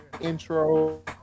Intro